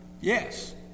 Yes